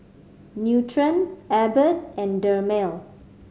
Nutren Abbott and Dermale